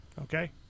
Okay